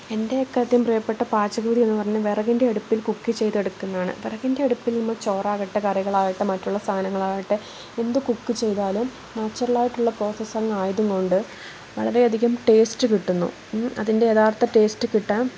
എൻ്റെയൊക്കെ ആദ്യം പ്രിയപ്പെട്ട പാചകവിധി എന്ന് പറഞ്ഞു കഴിഞ്ഞാൽ വിറകിൻ്റെ അടുപ്പിൽ കുക്ക് ചെയ്ത് എടുക്കുന്നതാണ് വിറകിൻ്റെ അടുപ്പിൽ നിന്ന് ചോറാകട്ടെ കറികളാകട്ടെ മറ്റുള്ള സാധനങ്ങളാകട്ടെ എന്ത് കുക്ക് ചെയ്താലും നാച്ചുറലായിട്ടുള്ള പ്രോസസ്സ് തന്നെ ആയതുകൊണ്ട് വളരെ അധികം ടേസ്റ്റ് കിട്ടുന്നു അതിൻ്റെ യഥാർത്ഥ ടേസ്റ്റ് കിട്ടാൻ